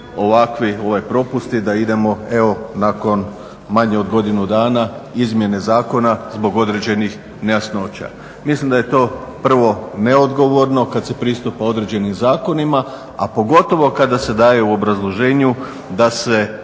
ovakvi propusti da idemo evo nakon manje od godine dana Izmjene zakona zbog određenih nejasnoća. Mislim da je to prvo neodgovorno kada se pristupa određenim zakonima a pogotovo kada se daje u obrazloženju da se